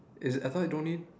is I thought don't need